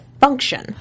function